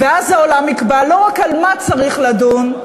ואז העולם יקבע לא רק על מה צריך לדון,